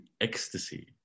ecstasy